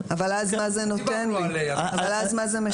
אבל במה זה משפר לי?